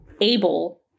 able